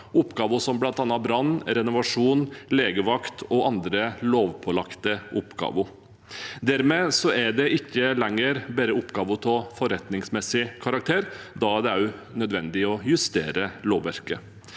oppgaver som bl.a. brann, renovasjon, legevakt og andre lovpålagte oppgaver. Dermed er det ikke lenger bare oppgaver av forretningsmessig karakter, og da er det også nødvendig å justere lovverket.